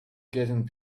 getting